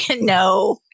No